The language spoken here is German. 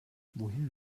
wohin